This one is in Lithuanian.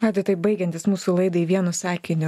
na tai taip baigiantis mūsų laidai vienu sakiniu